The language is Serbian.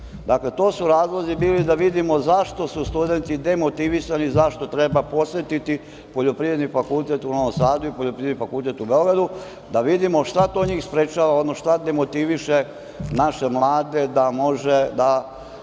Dakle, to su razlozi bili da vidimo zašto su studenti demotivisani, zašto treba posetiti poljoprivredni fakultet u Novom Sadu i fakultet u Beogradu da vidimo šta to njih sprečava, odnosno šta demotiviše naše mlade da mogu da